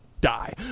die